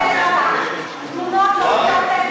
לא טביעות אצבע.